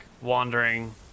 wandering